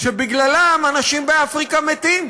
שבגללן אנשים באפריקה מתים,